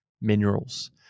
minerals